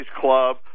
club